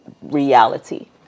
reality